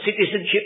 citizenship